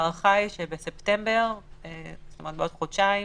ההערכה היא שבספטמבר בעוד חודשיים